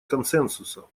консенсуса